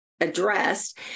addressed